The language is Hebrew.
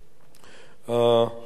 החברים האלה,